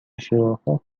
شرافت